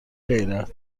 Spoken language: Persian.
غیرت